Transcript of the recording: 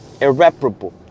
irreparable